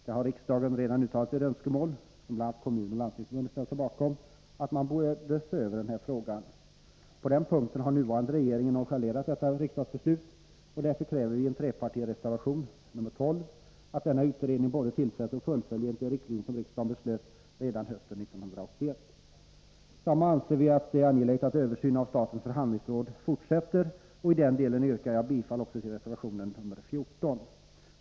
Där har riksdagen redan uttalat önskemålet — och det har bl.a. Kommunförbundet och Landstingsförbundet ställt sig bakom — att man skall se över den här frågan. På den här punkten har den nuvarande regeringen nonchalerat detta riksdagsbeslut, och därför kräver vi i en trepartireservation, nr 12, att denna utredning både tillsätts och fullföljs enligt de riktlinjer som riksdagen fattade beslut om redan hösten 1981. Likaså anser vi att det är angeläget att översynen av statens förhandlingsråd fortsätter, och i den delen yrkar jag bifall också till reservation 14.